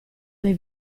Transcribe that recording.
dai